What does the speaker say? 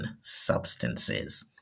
substances